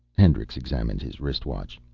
hendricks examined his wrist watch.